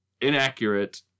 inaccurate